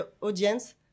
audience